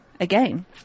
again